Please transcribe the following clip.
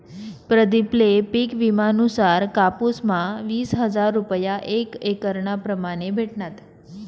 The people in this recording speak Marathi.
प्रदीप ले पिक विमा नुसार कापुस म्हा वीस हजार रूपया एक एकरना प्रमाणे भेटनात